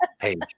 page